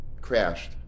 crashed